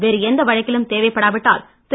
வேறு எந்த வழக்கிலும் தேவைப்படா விட்டால் திரு